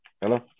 Hello